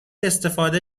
استفاده